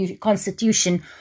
constitution